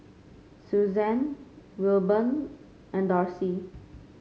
Susanne Wilburn and Darcie